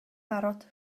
barod